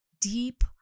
deep